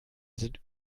sind